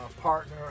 partner